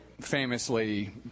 famously